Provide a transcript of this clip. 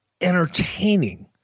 entertaining